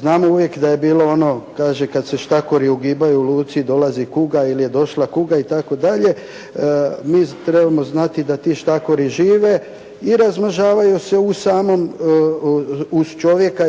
Znamo uvijek da je bilo ono kaže kad se štakori ugibaju u luci dolazi kuga ili je došla kuga itd. Mi trebamo znati da ti štakori žive i razmnožavaju se uz čovjeka,